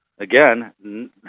Again